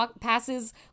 passes